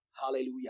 Hallelujah